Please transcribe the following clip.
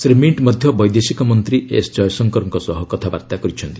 ଶ୍ରୀ ମିଣ୍ଟ୍ ମଧ୍ୟ ବୈଦେଶିକ ମନ୍ତ୍ରୀ ଏସ୍ ଜୟଶଙ୍କରଙ୍କ ସହ କଥାବାର୍ତ୍ତା କରିଛନ୍ତି